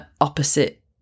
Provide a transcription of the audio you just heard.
opposite